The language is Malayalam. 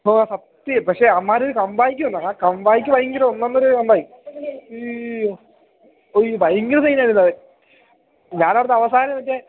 ഓ സത്യം പക്ഷേ അവന്മാർ കമ്പാക്ക് വന്നു ആ കമ്പാക്ക് ഭയങ്കര ഒന്നൊന്നര കംബാക്ക് യ്യോ അയ്യോ ഭയങ്കര സീനായിരുന്നു അവൻ ഞാൻ ഓർത്തു അവസാനം മറ്റെ